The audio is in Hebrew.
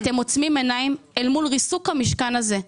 אתם עוצמים עיניים אל מול ריסוק המשכן הזה.